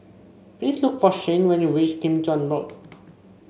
please look for Shayne when you reach Kim Chuan Road